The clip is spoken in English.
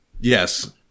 Yes